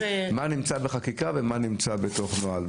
מה יהיה במסגרת חקיקה ומה יהיה בתוך נוהל.